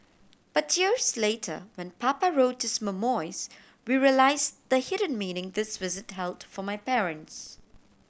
but years later when Papa wrote his memoirs we realise the hidden meaning this visit held for my parents